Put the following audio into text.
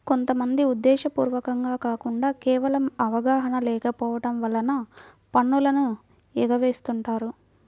కొంత మంది ఉద్దేశ్యపూర్వకంగా కాకుండా కేవలం అవగాహన లేకపోవడం వలన పన్నులను ఎగవేస్తుంటారు